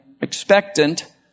expectant